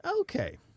okay